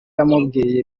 yamubwiye